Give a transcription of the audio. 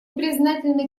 признательны